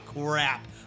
Crap